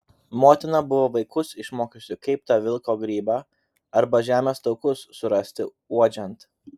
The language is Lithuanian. motina buvo vaikus išmokiusi kaip tą vilko grybą arba žemės taukus surasti uodžiant